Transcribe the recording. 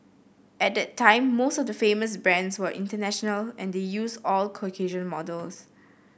at that time most of the famous brands were international and they used Caucasian models